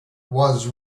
was